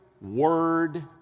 word